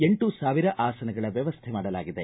ಎಂಟು ಸಾವಿರ ಆಸನಗಳ ವ್ಯವಸ್ಥೆ ಮಾಡಲಾಗಿದೆ